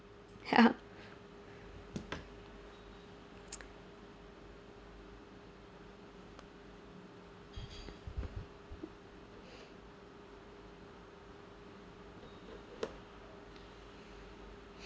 ya